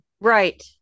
right